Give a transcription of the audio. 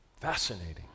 Fascinating